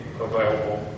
available